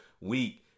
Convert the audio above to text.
week